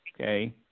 Okay